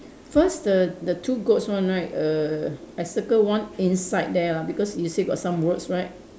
first the the two goats one right err I circle one inside there lah because you say got some words right